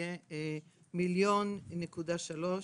יהיה מיליון נקודה שלוש,